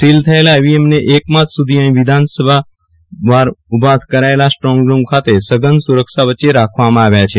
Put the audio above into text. seal થયેલા ઇવીએમને એક માસ સુધી અહી વિધાનસભા વાર ઉભા કરાયેલા સ્ટ્રોંગરૂમ ખાતે સઘન સુરક્ષા વચ્ચે રાખવામાં આવ્યા છે